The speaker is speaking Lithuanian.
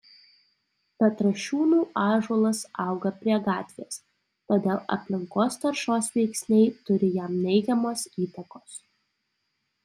petrašiūnų ąžuolas auga prie gatvės todėl aplinkos taršos veiksniai turi jam neigiamos įtakos